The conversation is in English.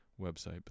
website